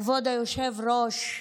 כבוד היושב-ראש,